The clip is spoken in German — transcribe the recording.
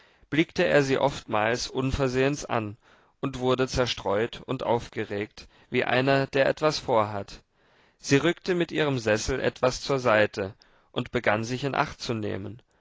blickte er sie oftmals unversehens an und wurde zerstreut und aufgeregt wie einer der etwas vorhat sie rückte mit ihrem sessel etwas zur seite und begann sich in acht zu nehmen